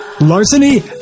Larceny